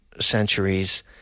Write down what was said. centuries